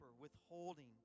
withholding